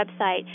website